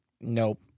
Nope